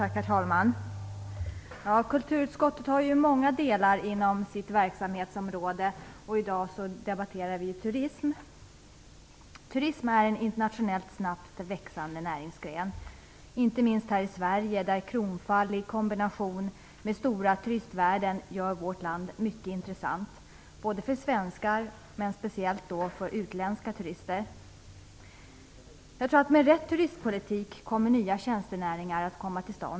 Herr talman! Kulturutskottet har många delar inom sitt verksamhetsområde. I dag debatterar vi turism. Turism är en internationellt snabbt växande näringsgren. Den växer inte minst här i Sverige, där kronfall i kombination med stora turistvärden gör vårt land mycket intressant både för svenskar och speciellt för utländska turister. Jag tror att nya tjänstenäringar kommer att komma till stånd med rätt turistpolitik.